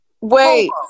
wait